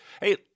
hey